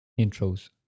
intros